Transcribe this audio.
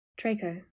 Traco